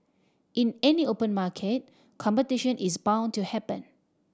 in any open market competition is bound to happen